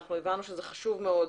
אנחנו הבנו שזה חשוב מאוד,